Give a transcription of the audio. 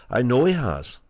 i know he has.